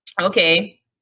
Okay